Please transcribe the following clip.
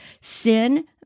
Sin